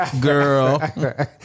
Girl